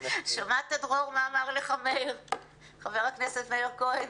שמעת דרור מה אמר לך חה"כ מאיר כהן?